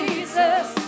Jesus